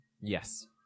Yes